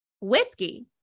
whiskey